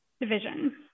division